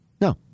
No